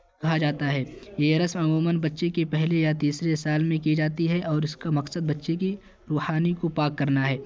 کہا جاتا ہے یہ رسم عموماً بچے کے پہلے یا تیسرے سال میں کی جاتی ہے اور اس کا مقصد بچے کی روحانی کو پاک کرنا ہے